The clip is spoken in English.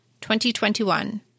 2021